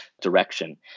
direction